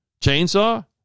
Chainsaw